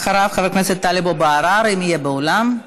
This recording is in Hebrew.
אחריו, חבר הכנסת טלב אבו עראר, אם יהיה באולם.